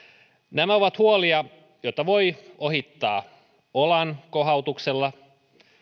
nämä ovat huolia jotka voi ohittaa olankohautuksella